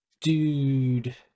Dude